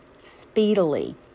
speedily